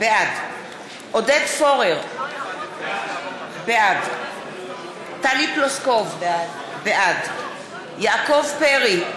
בעד עודד פורר, בעד טלי פלוסקוב, בעד יעקב פרי,